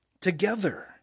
together